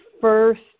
first